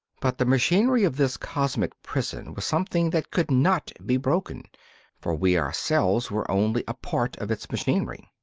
but the machinery of this cosmic prison was something that could not be broken for we ourselves were only a part of its machinery.